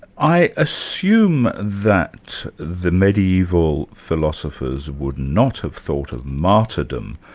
i assume that the mediaeval philosophers would not have thought of martyrdom,